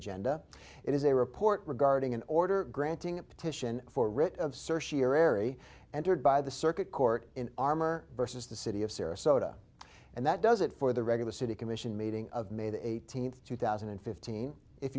agenda it is a report regarding an order granting a petition for writ of certiorari entered by the circuit court in armor versus the city of sarasota and that does it for the regular city commission meeting of may the eighteenth two thousand and fifteen if